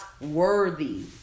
worthy